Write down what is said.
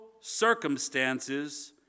circumstances